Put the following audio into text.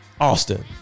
Austin